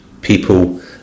people